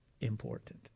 important